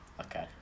Okay